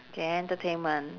K entertainment